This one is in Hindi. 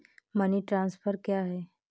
मनी ट्रांसफर क्या है?